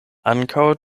ankaŭ